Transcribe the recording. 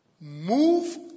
Move